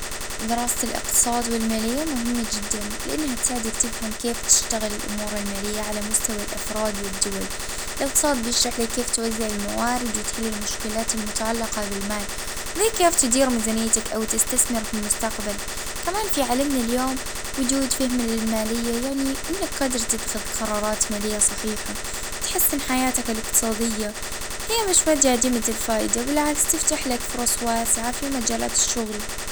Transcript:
ا مهم هالبا يعاونك باش تفهم كيف تدير موارد المواردك اه وتخطط لمستقبل.